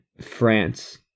France